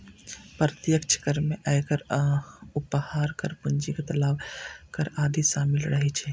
प्रत्यक्ष कर मे आयकर, उपहार कर, पूंजीगत लाभ कर आदि शामिल रहै छै